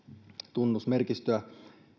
tunnusmerkistöä